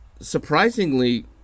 surprisingly